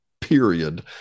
period